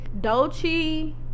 Dolce